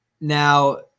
Now –